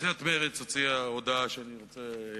סיעת מרצ הוציאה הודעה, שאני רוצה,